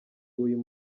uyu